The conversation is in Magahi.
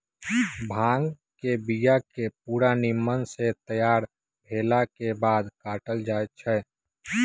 भांग के बिया के पूरा निम्मन से तैयार भेलाके बाद काटल जाइ छै